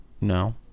No